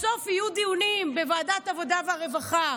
בסוף יהיו דיונים בוועדת העבודה והרווחה,